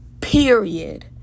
Period